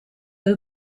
were